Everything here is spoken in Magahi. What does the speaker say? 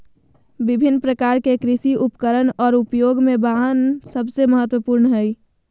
विभिन्न प्रकार के कृषि उपकरण और उपयोग में वाहन सबसे महत्वपूर्ण हइ